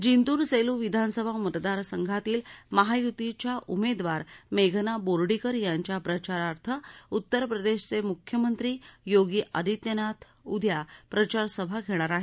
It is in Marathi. जिंतूर सेलू विधानसभा मतदार संघातल्या महायुतीच्या उमेदवार मेघना बोर्डीकर यांच्या प्रचारार्थ उत्तर प्रदेशचे मुख्यमंत्री योगी आदित्यनाथ उद्या प्रचारसभा घेणार आहेत